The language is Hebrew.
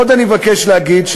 עוד אני מבקש להגיד,